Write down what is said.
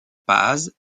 paz